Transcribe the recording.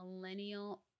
Millennial